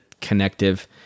connective